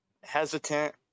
hesitant